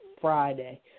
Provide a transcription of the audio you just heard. Friday